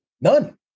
None